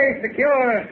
secure